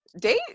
date